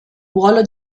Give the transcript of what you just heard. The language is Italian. ruolo